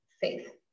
faith